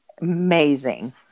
Amazing